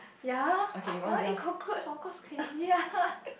ya what eat cockroach of course crazy ah